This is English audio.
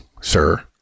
sir